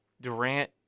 Durant